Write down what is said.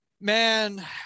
man